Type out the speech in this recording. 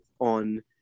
on